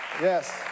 yes